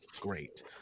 great